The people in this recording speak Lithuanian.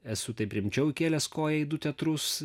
esu taip rimčiau įkėlęs koją į du teatrus